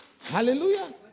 Hallelujah